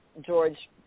George